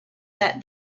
that